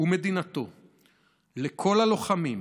ומדינתו לכל הלוחמים,